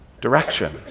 direction